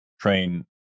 train